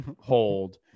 hold